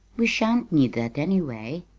we shan't need that, anyway,